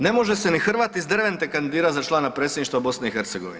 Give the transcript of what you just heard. Ne može se ni Hrvat iz Dervente kandidirati za člana predsjedništva BiH.